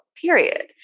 period